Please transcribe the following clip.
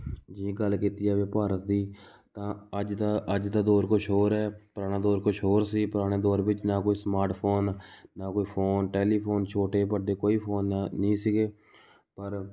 ਜੇ ਗੱਲ ਭਾਰਤ ਦੀ ਅੱਜ ਦਾ ਅੱਜ ਦਾ ਦੌਰ ਕੁਝ ਹੋਰ ਹੈ ਪੁਰਾਣਾ ਦੌਰ ਕੁਝ ਹੋਰ ਸੀ ਪੁਰਾਣੇ ਦੌਰ ਵਿੱਚ ਨਾ ਕੋਈ ਸਮਾਰਟ ਫੋਨ ਨਾ ਕੋਈ ਫੋਨ ਟੈਲੀਫੋਨ ਛੋਟੇ ਵੱਡੇ ਕੋਈ ਫੋਨ ਨਾ ਨਹੀਂ ਸੀਗੇ ਪਰ